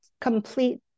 complete